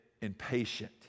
impatient